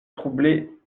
troubler